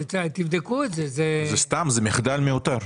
זה סתם מחדל מיותר.